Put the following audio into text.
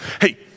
Hey